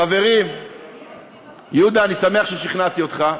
חברים, יהודה, אני שמח ששכנעתי אותך.